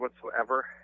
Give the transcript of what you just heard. whatsoever